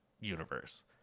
universe